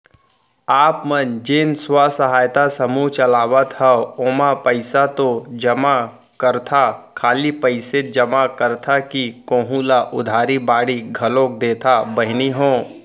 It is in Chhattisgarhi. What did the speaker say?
आप मन जेन स्व सहायता समूह चलात हंव ओमा पइसा तो जमा करथा खाली पइसेच जमा करथा कि कोहूँ ल उधारी बाड़ी घलोक देथा बहिनी हो?